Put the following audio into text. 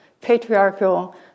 patriarchal